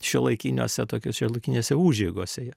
šiuolaikiniuose tokios šiuolaikinėse užeigose